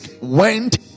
went